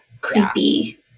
creepy